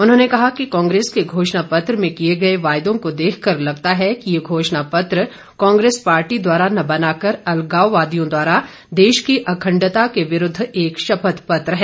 उन्होंने कहा कि कांग्रेस के घोषणापत्र में किए गए वायदों को देखकर लगता है कि ये घोषणापत्र कांग्रेस पार्टी द्वारा न बनाकर अलगावादियों द्वारा देश की अखंडता के विरूद्व एक शपथ पत्र है